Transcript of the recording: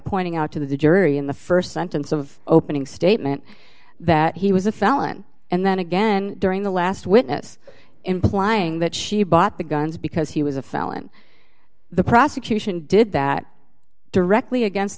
pointing out to the jury in the st sentence of opening statement that he was a felon and then again during the last witness implying that she bought the guns because he was a felon the prosecution did that directly against